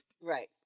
Right